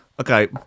Okay